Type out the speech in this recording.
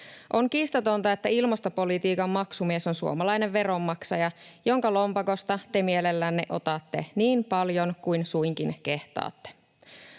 On kiistatonta, että ilmastopolitiikan maksumies on suomalainen veronmaksaja, jonka lompakosta te mielellänne otatte niin paljon kuin suinkin kehtaatte.